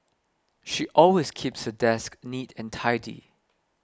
she always keeps her desk neat and tidy